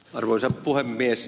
arvoisa puhemies